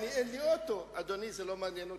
יעני, הבן-אדם בא, נטל את האוטו, הוא התכוון